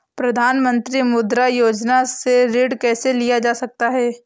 प्रधानमंत्री मुद्रा योजना से ऋण कैसे लिया जा सकता है?